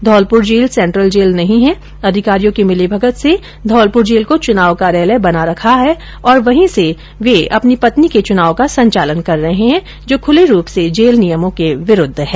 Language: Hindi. धौलपुर जेल सेन्ट्रल जेल नहीं है अधिकारियों की मिलीभगत से धौलपुर जेल को चुनाव कार्यालय बना रखा है और वहीं से अपनी पत्नी के चुनाव का संचालन कर रहे है जो खुले रूप से जेल नियमों के विरूद्व है